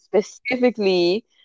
specifically